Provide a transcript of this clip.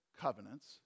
covenants